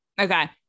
Okay